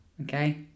Okay